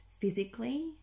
physically